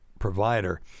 provider